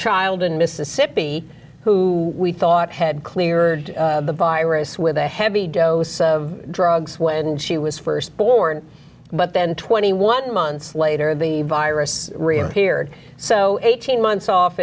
child in mississippi who we thought had cleared the virus with a heavy dose of drugs when she was first born but then twenty one months later the virus reappeared so eighteen months off